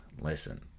listen